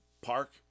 park